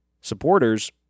supporters